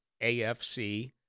AFC